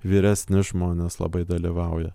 vyresni žmonės labai dalyvauja